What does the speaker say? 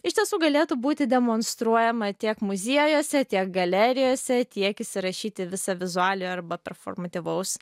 iš tiesų galėtų būti demonstruojama tiek muziejuose tiek galerijose tiek įsirašyti į visą vizualiojo arba performatyvaus